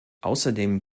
außerdem